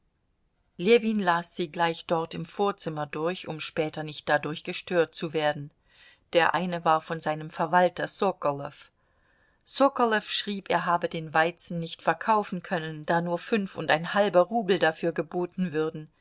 ljewin las sie gleich dort im vorzimmer durch um später nicht dadurch gestört zu werden der eine war von seinem verwalter sokolow sokolow schrieb er habe den weizen nicht verkaufen können da nur fünfundeinhalber rubel dafür geboten würden